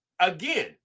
Again